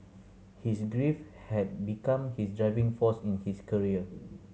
his grief had become his driving force in his career